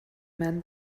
man